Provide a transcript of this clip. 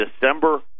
December